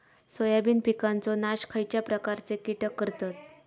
Soybean पिकांचो नाश खयच्या प्रकारचे कीटक करतत?